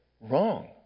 Wrong